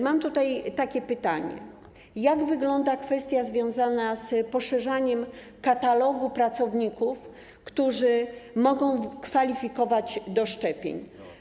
Mam takie pytanie: Jak wygląda kwestia związana z poszerzaniem katalogu pracowników, którzy mogą kwalifikować do szczepień?